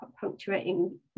punctuating